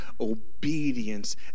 obedience